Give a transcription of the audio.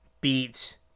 beat